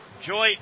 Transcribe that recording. Joy